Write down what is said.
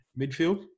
midfield